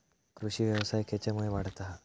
कृषीव्यवसाय खेच्यामुळे वाढता हा?